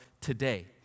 today